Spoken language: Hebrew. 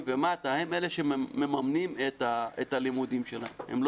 ומטה הם אלה שמממנים את הלימודים שלהם,